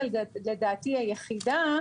ולדעתי היחידה,